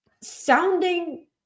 sounding